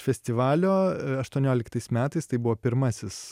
festivalio aštuonioliktais metais tai buvo pirmasis